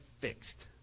fixed